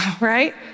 Right